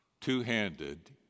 Two-handed